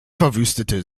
verwüstete